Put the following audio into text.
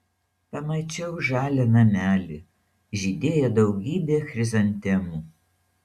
pamačiau žalią namelį žydėjo daugybė chrizantemų